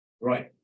right